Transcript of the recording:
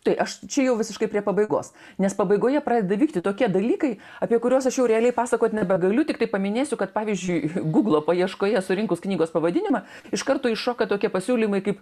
tai aš čia jau visiškai prie pabaigos nes pabaigoje pradeda vykti tokie dalykai apie kuriuos aš jau realiai pasakot nebegaliu tiktai paminėsiu kad pavyzdžiui guglo paieškoje surinkus knygos pavadinimą iš karto iššoka tokie pasiūlymai kaip